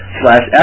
slash